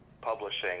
publishing